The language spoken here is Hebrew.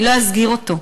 אני לא אסגיר אותו,